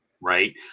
right